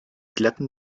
glatten